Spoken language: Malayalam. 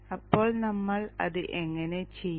അപ്പോൾ നമ്മൾ അത് എങ്ങനെ ചെയ്യും